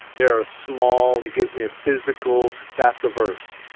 there are small. it gives me a physical. that's a verse,